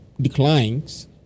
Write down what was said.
declines